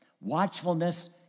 watchfulness